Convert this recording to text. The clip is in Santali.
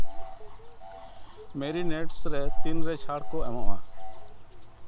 ᱢᱮᱨᱤᱱᱮᱴᱥ ᱨᱮ ᱛᱤᱱ ᱨᱮ ᱪᱷᱟᱲ ᱠᱚ ᱮᱢᱚᱜᱼᱟ